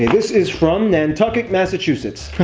this is from nantucket, massachusetts.